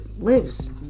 lives